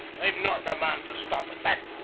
i'm, not the man to stop at that.